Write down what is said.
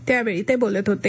त्यावेळी ते बोलत होते